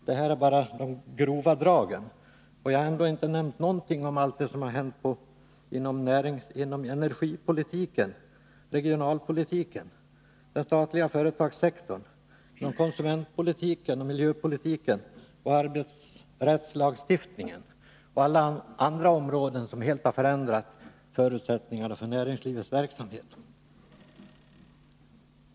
Det här är bara de grova dragen, och jag har ändå inte nämnt något om allt det som har hänt inom energipolitiken, regionalpolitiken, den statliga företagssektorn, konsumentpolitiken, miljöpolitiken, arbetsrättslagstiftningen och inom alla andra områden som helt har förändrat förutsättningarna för näringslivets verksamhet.